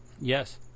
Yes